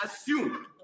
assume